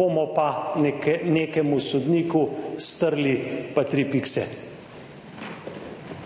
bomo pa, neke…, nekemu sodniku strli pa tri 44.